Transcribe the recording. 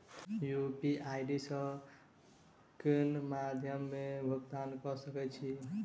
UPI सऽ केँ कुन मध्यमे मे भुगतान कऽ सकय छी?